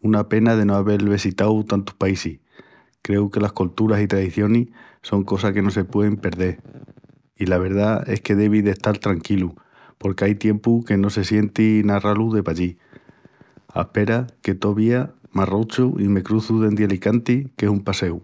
Una pena de no avel vesitau tantus paísis. Creu que las colturas i tradicionis son cosas que no se puein perdel. I la verdá es que devi d'estal tranquilu porqu'ai tiempu que no se sienti ná ralu de pallí. Aspera que tovía m'arrochu i me cruzu dendi Alicanti qu'es un passeu!